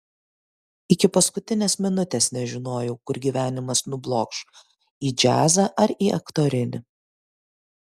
iki paskutinės minutės nežinojau kur gyvenimas nublokš į džiazą ar į aktorinį